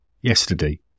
yesterday